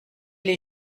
les